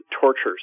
tortures